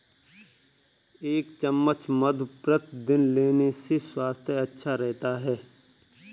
एक चम्मच मधु प्रतिदिन लेने से स्वास्थ्य अच्छा रहता है